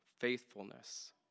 faithfulness